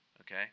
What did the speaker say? Okay